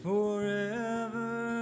Forever